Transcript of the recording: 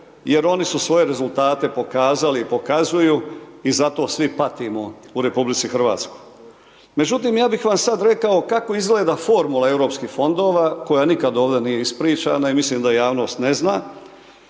jer oni su svoje rezultate pokazali i pokazuju, i zato svi patimo u Republici Hrvatskoj. Međutim, ja bih vam sad rekao kako izgleda formula europskih fondova koja nikad ovdje nije ispričana i mislim da javnost ne zna,